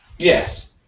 Yes